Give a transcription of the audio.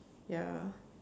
ya